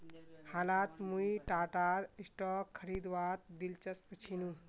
हालत मुई टाटार स्टॉक खरीदवात दिलचस्प छिनु